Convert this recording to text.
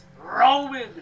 Roman